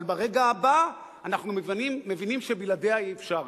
אבל ברגע הבא אנחנו מבינים שבלעדיה אי-אפשר.